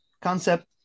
concept